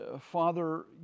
Father